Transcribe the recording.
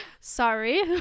sorry